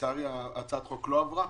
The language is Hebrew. לצערי הצעת החוק לא עברה.